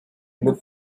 look